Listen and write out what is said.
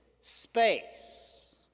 space